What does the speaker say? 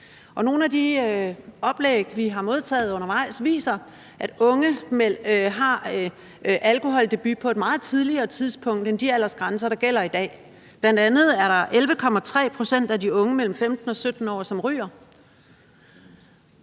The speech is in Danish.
nogle af de oplæg, vi har modtaget undervejs, viser, at unge har alkoholdebut på et meget tidligere tidspunkt end de aldersgrænser, der gælder i dag. Bl.a. er der 11,3 pct. af de unge mellem 15 og 17 år, som ryger.